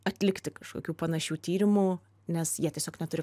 atlikti kažkokių panašių tyrimų nes jie tiesiog neturi